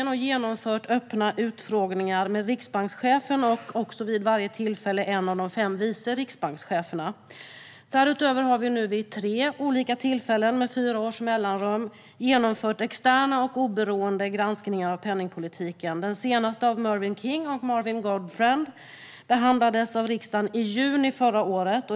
Vi har även genomfört öppna utfrågningar med riksbankschefen och vid varje tillfälle en av de fem vice riksbankscheferna. Därutöver har vi nu vid tre olika tillfällen, med fyra års mellanrum, genomfört externa och oberoende granskningar av penningpolitiken. Den senaste, av Mervyn King och Marvin Goodfriend, behandlades av riksdagen i juni förra året.